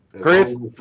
Chris